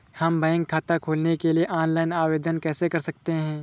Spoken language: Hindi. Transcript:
हम बैंक खाता खोलने के लिए ऑनलाइन आवेदन कैसे कर सकते हैं?